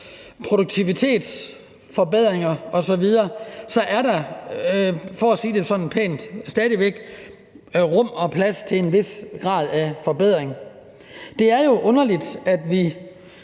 produktivitetsforbedringer osv., for at sige det sådan pænt stadig væk rum og plads til en vis grad af forbedring. Det er jo underligt, at vi